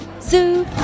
Zoo